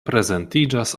prezentiĝas